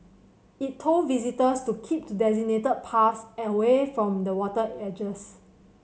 it told visitors to keep to designated paths and away from the water edges